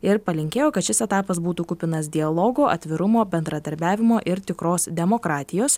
ir palinkėjo kad šis etapas būtų kupinas dialogo atvirumo bendradarbiavimo ir tikros demokratijos